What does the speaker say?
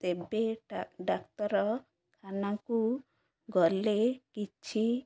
ତେବେ ଡା ଡାକ୍ତରଖାନାକୁ ଗଲେ କିଛି